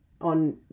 On